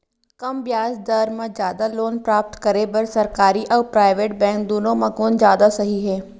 कम ब्याज दर मा जादा लोन प्राप्त करे बर, सरकारी अऊ प्राइवेट बैंक दुनो मा कोन जादा सही हे?